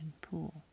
pool